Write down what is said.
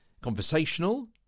Conversational